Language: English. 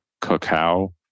cacao